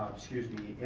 excuse me,